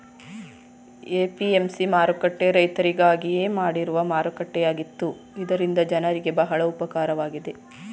APMC ಮಾರುಕಟ್ಟೆ ರೈತರಿಗಾಗಿಯೇ ಮಾಡಿರುವ ಮಾರುಕಟ್ಟೆಯಾಗಿತ್ತು ಇದರಿಂದ ಜನರಿಗೆ ಬಹಳ ಉಪಕಾರವಾಗಿದೆ